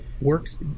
works